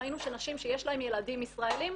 ראינו שנשים שיש להן ילדים ישראליים,